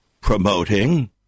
promoting